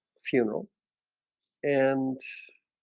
funeral and